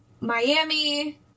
Miami